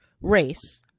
race